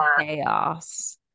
chaos